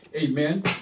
amen